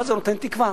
אבל זה נותן תקווה.